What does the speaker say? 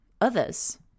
others